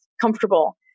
comfortable